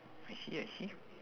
I see I see